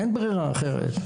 אין ברירה אחרת.